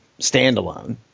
standalone